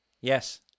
Yes